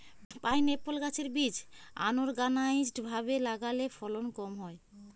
pineapple গাছের বীজ unorganised ভাবে লাগালে ফলন কম হয়